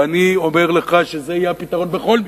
ואני אומר לך שזה יהיה הפתרון בכל מקרה,